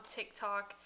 TikTok